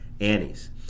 Annie's